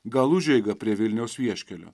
gal užeigą prie vilniaus vieškelio